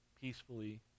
peacefully